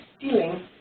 stealing